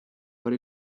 but